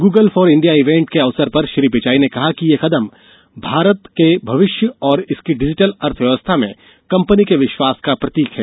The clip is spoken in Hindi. गूगल फॉर इंडिया इवेंट के अवसर पर श्री पिचाई ने कहा कि यह कदम भारत के भविष्य और इसकी डिजिटल अर्थव्यवस्था में कंपनी के विश्वास का प्रतीक है